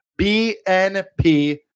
BNP